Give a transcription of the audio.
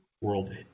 world